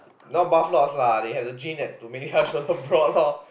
no buff lords lah they have to gym that to make their shoulders broad loh